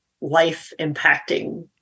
life-impacting